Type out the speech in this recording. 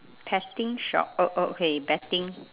petting shop oh oh okay betting